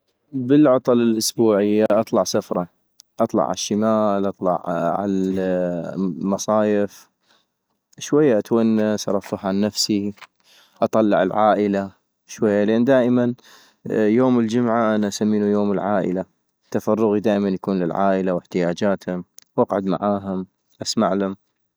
بالعطل الاسبوعية اطلع سفرة ، اطلع عالشمال ، اطلع عالمصايف ، شوية اتونس ارفه عن نفسي - اطلع العائلة شوية، لان دائما يوم الجمعة أنا اسمينو يوم العائلة ،تفرغي دائما يكون للعائلة واحتياجاتم ، واقعد معاهم، اسمعلم